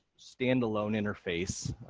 standalone interface.